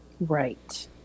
Right